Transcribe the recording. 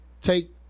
take